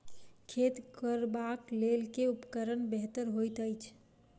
खेत कोरबाक लेल केँ उपकरण बेहतर होइत अछि?